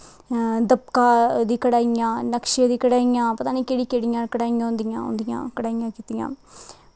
दुपका दियां कड़ाहियां नकशे दियां कड़ाहियां पता निं केह्ड़ी केह्ड़ी कड़ाईयां होंदियां उं'दियां कड़ाहियां होंदियां